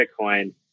Bitcoin